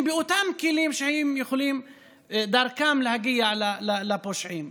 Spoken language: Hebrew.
באותם כלים שדרכם יכולים להגיע לפושעים.